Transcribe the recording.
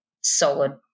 solid